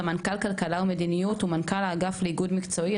סמנכ״ל אגף כלכלה ומדיניות ומנכ"ל האגף לאיגוד מקצועי,